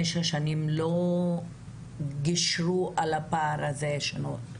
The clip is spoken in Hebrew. השנים האלה לא גישרו על הפער הזה שנוצר?